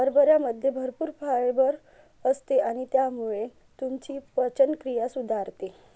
हरभऱ्यामध्ये भरपूर फायबर असते आणि त्यामुळे तुमची पचनक्रिया सुधारते